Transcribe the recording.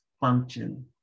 function